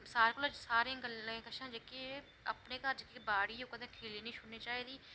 सारें कोला पैह्लें जेह्की अपने घर बाड़ी ऐ ओह् कदें खेड़ी निं छुड़नी चाहिदी